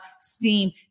steam